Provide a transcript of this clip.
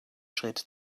schritt